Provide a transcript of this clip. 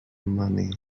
money